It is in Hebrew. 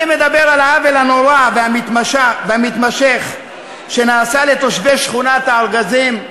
אני מדבר על העוול הנורא והמתמשך שנעשה לתושבי שכונת הארגזים,